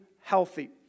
healthy